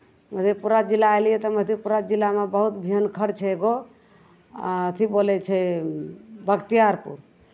मधेपुरा जिला एलियै तऽ मधेपुरा जिलामे बहुत भिनखर छै एगो अथी बोलै छै बख्तियारपुर